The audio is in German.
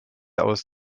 aus